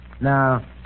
Now